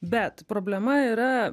bet problema yra